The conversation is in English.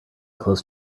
close